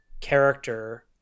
character